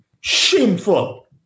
Shameful